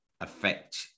affect